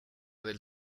del